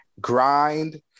grind